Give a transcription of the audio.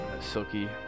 silky